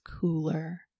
cooler